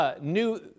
new